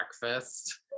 breakfast